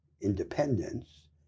independence